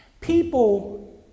People